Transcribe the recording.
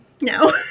no